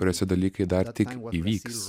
kuriose dalykai dar tik įvyks